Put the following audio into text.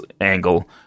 angle